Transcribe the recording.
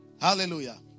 Hallelujah